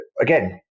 again